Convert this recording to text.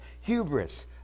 hubris